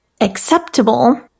acceptable